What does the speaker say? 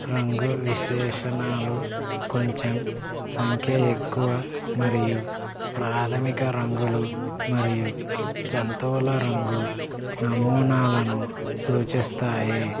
రంగు విశేషణాలు కొంచెం సంఖ్య ఎక్కువ మరియు ప్రాథమిక రంగులు మరియు జంతువుల రంగు నమూనాలను సూచిస్తాయి